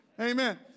Amen